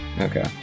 Okay